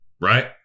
right